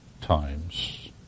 times